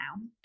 now